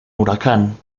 huracán